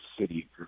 city